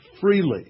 freely